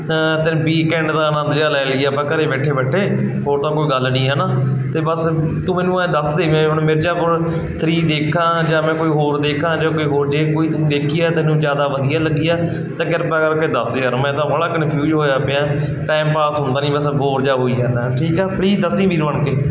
weekend ਦਾ ਆਨੰਦ ਜਿਹਾ ਲੈ ਲਈਏ ਆਪਾਂ ਘਰ ਬੈਠੇ ਬੈਠੇ ਹੋਰ ਤਾਂ ਕੋਈ ਗੱਲ ਨਹੀਂ ਹੈ ਨਾ ਅਤੇ ਬਸ ਤੂੰ ਮੈਨੂੰ ਐਂ ਦੱਸ ਦੇ ਵੀ ਮੈਂ ਹੁਣ ਮਿਰਜਾਪੁਰ ਥਰੀ ਦੇਖਾਂ ਜਾਂ ਮੈਂ ਕੋਈ ਹੋਰ ਦੇਖਾ ਜੋ ਕੋਈ ਹੋਰ ਜੇ ਕੋਈ ਤੂੰ ਦੇਖੀ ਆ ਤੈਨੂੰ ਜ਼ਿਆਦਾ ਵਧੀਆ ਲੱਗੀ ਆ ਤਾਂ ਕਿਰਪਾ ਕਰਕੇ ਦੱਸ ਯਾਰ ਮੈਂ ਤਾਂ ਬਾਹਲਾ ਕਨਫਿਊਜ਼ ਹੋਇਆ ਪਿਆ ਟਾਈਮ ਪਾਸ ਹੁੰਦਾ ਨਹੀਂ ਬਸ ਆ ਬੋਰ ਜਿਹਾ ਹੋਈ ਜਾਂਦਾ ਠੀਕ ਆ ਪਲੀਜ਼ ਦੱਸੀ ਵੀਰ ਬਣਕੇ